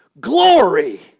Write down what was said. glory